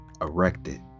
erected